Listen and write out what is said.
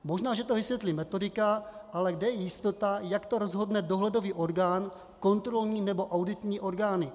Možná že to vysvětlí metodika, ale kde je jistota, jak to rozhodne dohledový orgán, kontrolní nebo auditní orgány?